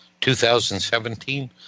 2017